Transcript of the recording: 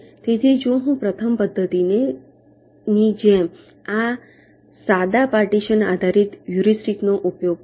તેથી જો હું પ્રથમ પદ્ધતિની જેમ સાદા પાર્ટીશન આધારિત હ્યુરિસ્ટિકનો ઉપયોગ કરું